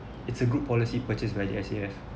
it's a good policy purchased by the S_A_F